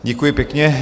Děkuji pěkně.